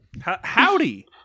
Howdy